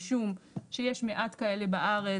משום שיש מעט כאלה בארץ.